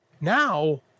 now